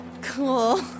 Cool